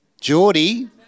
Geordie